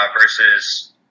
versus